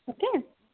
okay